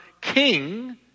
king